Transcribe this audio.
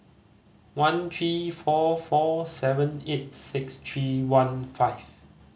one three four four seven eight six three one five